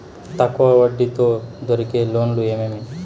తక్కువ వడ్డీ తో దొరికే లోన్లు ఏమేమీ?